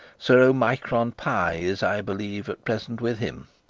sir omicron pie is, i believe, at present with him.